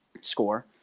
score